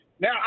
Now